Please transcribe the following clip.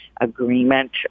agreement